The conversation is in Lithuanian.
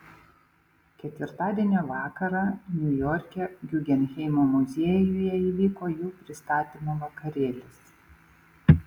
ketvirtadienio vakarą niujorke guggenheimo muziejuje įvyko jų pristatymo vakarėlis